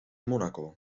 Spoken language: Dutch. monaco